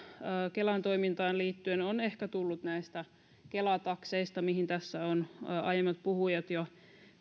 kelan toimintaan liittyen on ehkä tullut näistä kela takseista mihin tässä ovat aiemmat puhujat jo